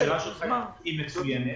השאלה שלך היא מצוינת.